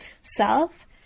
self